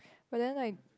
but then like